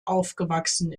aufgewachsen